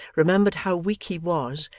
remembered how weak he was,